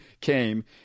came